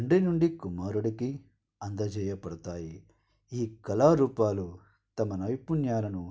తండ్రి నుండి కుమారుడికి అందజేయబడతాయి ఈ కళారూపాలు తమ నైపుణ్యాలను